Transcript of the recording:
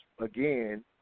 again